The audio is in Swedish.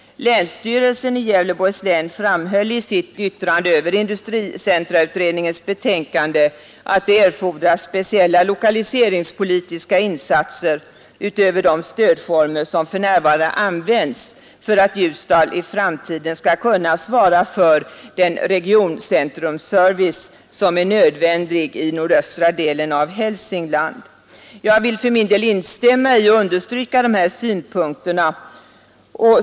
Länsstyrelsen i Gävleborgs län framhöll i sitt yttrande över industricentrautredningens betänkande att det erfordras speciella lokaliseringspolitiska insatser utöver de stödformer som för närvarande används för att Ljusdal i framtiden skall kunna svara för den regioncentrumservice som är nödvändig i nordöstra delen av Hälsingland. Jag vill för min del instämma i och understryka de synpunkterna.